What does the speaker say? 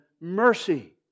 mercy